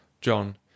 John